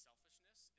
Selfishness